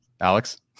Alex